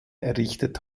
errichtet